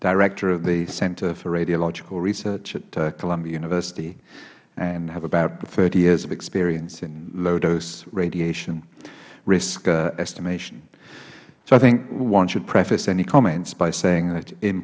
director of the centre for radiological research at columbia university and have about thirty years of experience in low dose radiation risk estimation so i think one should preface any comments by saying that i